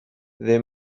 they